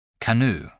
Canoe